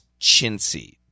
chintzy